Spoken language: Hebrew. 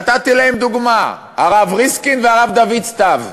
נתתי להם דוגמה: הרב ריסקין והרב דוד סתיו.